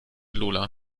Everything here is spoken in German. lola